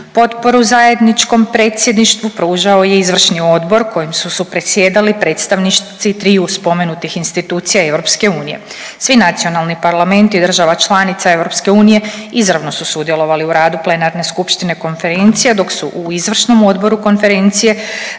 Potporu zajedničkom predsjedništvu pružao je izvršni odbor kojim su supredsjedali predstavnici triju spomenutih institucija EU. Svi nacionalni parlamenti država članica EU izravno su sudjelovali u radu plenarne skupštine Konferencije, dok su u izvršnom odboru Konferencije